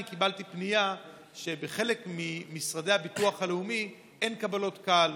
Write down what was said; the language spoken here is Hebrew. אני קיבלתי פנייה שבחלק ממשרדי הביטוח הלאומי אין קבלת קהל,